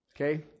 Okay